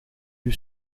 lui